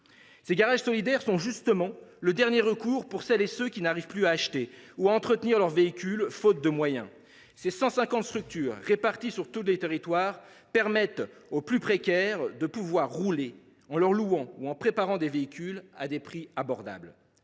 Ces garages solidaires sont justement le dernier recours pour celles et ceux qui n’arrivent plus à acheter ou à entretenir leurs véhicules, faute de moyens. Ces 150 structures réparties dans tous les territoires permettent aux plus précaires de rouler, en leur louant ou en préparant des véhicules à des prix abordables.